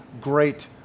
great